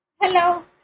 Hello